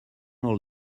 all